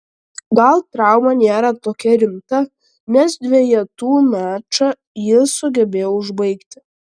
gal trauma nėra tokia rimta nes dvejetų mačą jis sugebėjo užbaigti